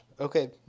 Okay